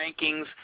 rankings